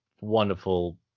wonderful